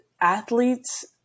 athletes